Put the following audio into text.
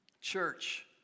Church